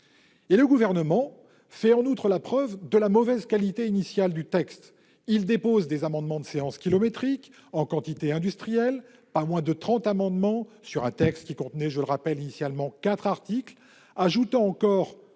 le Gouvernement fait la preuve de la mauvaise qualité initiale du texte : il dépose des amendements de séance kilométriques et en quantité industrielle- non moins de 30 amendements sur un texte qui contenait, je le rappelle, 4 articles -, ajoutant encore-